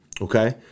Okay